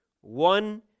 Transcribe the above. one